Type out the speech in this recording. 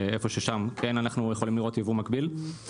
איפה ששם כן אנחנו יכולים לראות יבוא מקביל.